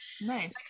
Nice